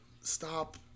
stop